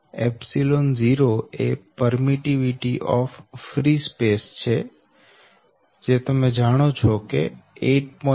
0એ permittivity of free space છે જે તમે જાણો છો 8